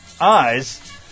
Eyes